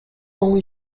only